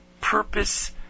purpose